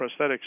prosthetics